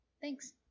thanks